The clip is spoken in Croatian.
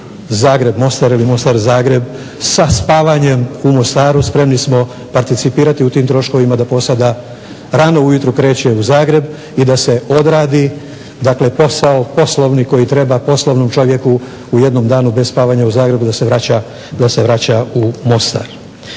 Zagreb – Mostar ili Mostar – Zagreb sa spavanjem u Mostaru. Spremni smo participirati u tim troškovima da posada rano ujutro kreće u Zagreb i da se odradi, dakle posao poslovni koji treba poslovnom čovjeku u jednom danu bez spavanja u Zagrebu da se vraća u Mostar.